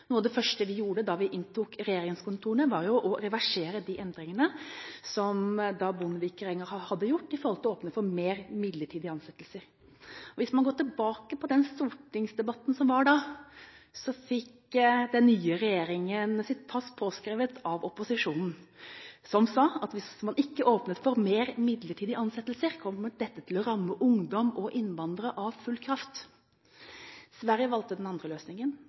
Noe av det første vi gjorde da vi inntok regjeringskontorene, var å reversere de endringene som Bondevik-regjeringen hadde gjort når det gjaldt å åpne for flere midlertidige ansettelser. I stortingsdebatten som var da, fikk den nye regjeringen sitt pass påskrevet av opposisjonen, som sa at hvis man ikke åpnet for flere midlertidige ansettelser, kom dette til å ramme ungdom og innvandrere av full kraft. Sverige valgte den andre løsningen,